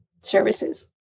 services